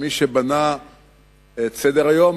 שמי שבנה את סדר-היום,